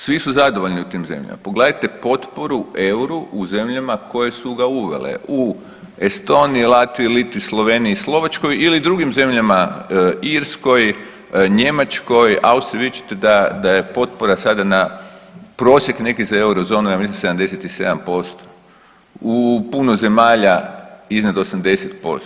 Svi su zadovoljni u tim zemljama, pogledajte potporu euru u zemljama koje su ga uvele u Estoniji, Latviji, Litvi, Sloveniji, Slovačkoj ili drugim zemljama Irskoj, Njemačkoj, Austriji vidjet ćete da je potpora sada na prosjek neki za Eurozonu ja mislim 77% u puno zemalja iznad 80%